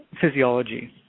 physiology